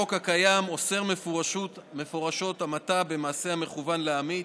החוק הקיים אוסר מפורשות המתה במעשה המכוון להמית,